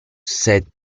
said